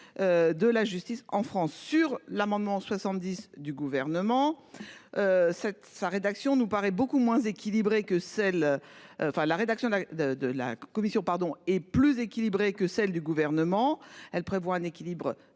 De la justice en France sur l'amendement 70 du gouvernement. Cette sa rédaction nous paraît beaucoup moins équilibrée que celle. Enfin la rédaction de de la Commission pardon et plus équilibrée que celle du gouvernement. Elle prévoit un équilibre